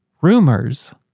rumors